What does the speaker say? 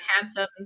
handsome